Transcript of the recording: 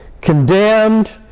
condemned